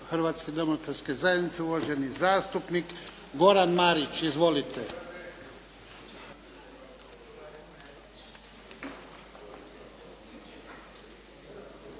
Hrvatske demokratske zajednice, uvaženi zastupnik Goran Marić. Izvolite.